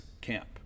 camp